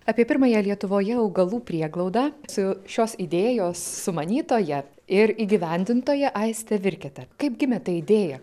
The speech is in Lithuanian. apie pirmąją lietuvoje augalų prieglaudą su šios idėjos sumanytoja ir įgyvendintoja aiste virkete kaip gimė ta idėja